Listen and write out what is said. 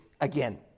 again